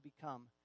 become